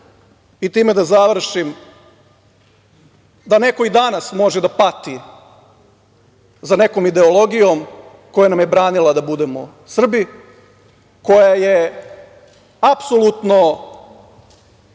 i time da završim, da neko i danas može da pati za nekom ideologijom koja nam je branila da budemo Srbi, koja je apsolutno